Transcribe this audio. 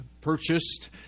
purchased